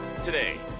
today